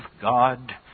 God